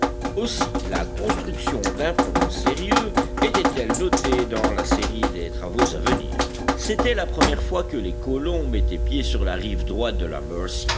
aussi la construction d'un pont sérieux était-elle notée dans la série des travaux à venir c'était la première fois que les colons mettaient pied sur la rive droite de la